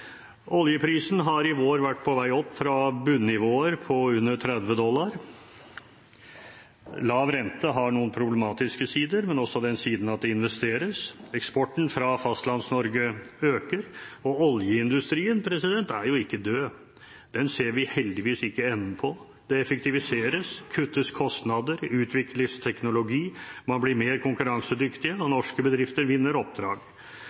Oljeprisen har i vår vært på vei opp fra bunnivåer på under 30 dollar. Lav rente har noen problematiske sider, men også den siden at det investeres. Eksporten fra Fastlands-Norge øker, og oljeindustrien er jo ikke død, den ser vi heldigvis ikke enden på. Det effektiviseres, kuttes kostnader og utvikles teknologi, man blir mer konkurransedyktig, og norske bedrifter vinner oppdrag.